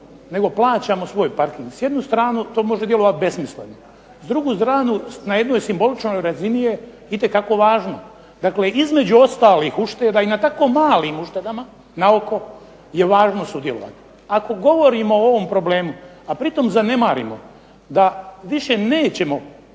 nego plaćamo svoj parking. S jednu stranu to može djelovati besmisleno. S druge strane, na jednoj simboličnoj razini je itekako važno. Dakle, između ostalih ušteda i na tako malim uštedama naoko je važno sudjelovati. Ako govorimo o ovom problemu, a pritom zanemarimo da više nećemo